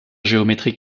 géométrique